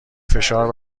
فشار